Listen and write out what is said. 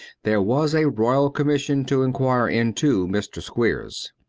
there was a royal commission to inquire into mr. squeers.